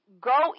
go